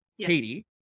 Katie